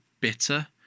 bitter